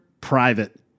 private